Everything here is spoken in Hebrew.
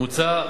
מוצע,